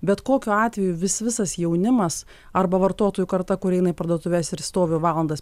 bet kokiu atveju vis visas jaunimas arba vartotojų karta kuri eina į parduotuves ir stovi valandas